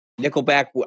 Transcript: Nickelback